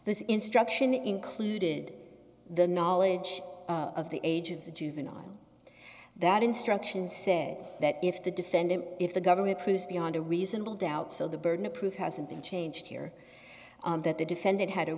this instruction included the knowledge of the age of the juvenile on that instruction said that if the defendant if the government proves beyond a reasonable doubt so the burden of proof hasn't been changed here that the defendant had a